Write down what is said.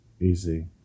Easy